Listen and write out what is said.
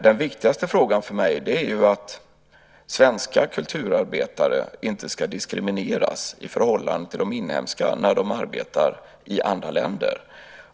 Den viktigaste frågan för mig är att svenska kulturarbetare inte diskrimineras i förhållande till inhemska kulturarbetare när de arbetar i andra länder.